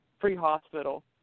pre-hospital